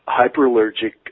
Hyperallergic